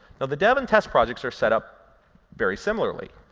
the dev and test projects are set up very similarly.